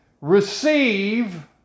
receive